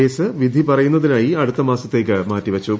case വിധി പറയുന്നതിനായി അടുത്ത മാസത്തേക്ക് മാറ്റിവച്ചു